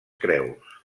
creus